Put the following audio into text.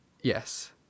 Yes